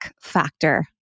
factor